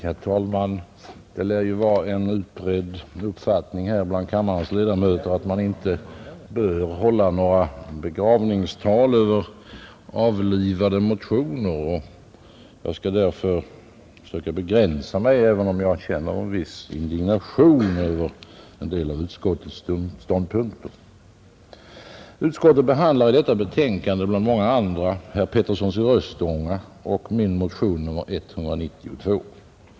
Herr talman! Det lär vara en utbredd uppfattning bland kammarens ledamöter att man inte bör hålla några begravningstal över avlivade motioner. Jag skall därför söka begränsa mig, även om jag känner en viss indignation över en del av utskottets ståndpunkter. Utskottet behandlar i detta betänkande bland många andra motioner herr Peterssons i Röstånga och min motion nr 192.